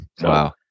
Wow